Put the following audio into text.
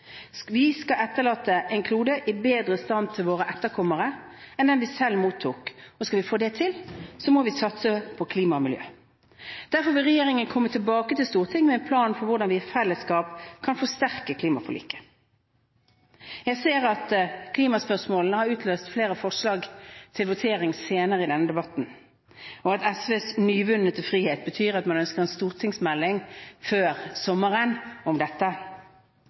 grunn. Vi skal etterlate kloden i bedre stand til våre etterkommere enn den vi selv mottok, og skal vi få til det, må vi satse på klima og miljø. Derfor vil regjeringen komme tilbake til Stortinget med en plan for hvordan vi i fellesskap kan forsterke klimaforliket. Jeg ser at klimaspørsmålet har utløst flere forslag til votering senere i denne debatten, og at SVs nyvunne frihet gjør at de ønsker en stortingsmelding om dette før sommeren.